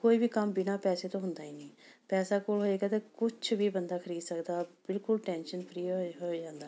ਕੋਈ ਵੀ ਕੰਮ ਬਿਨਾਂ ਪੈਸੇ ਤੋਂ ਹੁੰਦਾ ਹੀ ਨਹੀਂ ਪੈਸਾ ਕੋਲ ਹੋਏਗਾ ਤਾਂ ਕੁਛ ਵੀ ਬੰਦਾ ਖਰੀਦ ਸਕਦਾ ਬਿਲਕੁਲ ਟੈਂਸ਼ਨ ਫਰੀ ਹੋ ਹੋ ਜਾਂਦਾ